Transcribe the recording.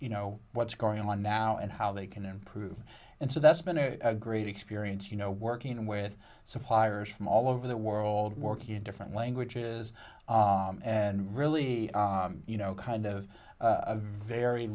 you know what's going on now and how they can improve and so that's been a great experience you know working with suppliers from all over the world working in different languages and really you know kind of a very